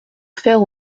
faire